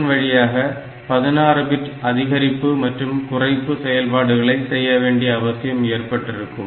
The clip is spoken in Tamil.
இதன் வழியாக 16 பிட் அதிகரிப்பு மற்றும் குறைப்பு செயல்பாடுகளை செய்ய வேண்டிய அவசியம் ஏற்பட்டிருக்கும்